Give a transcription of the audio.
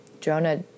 Jonah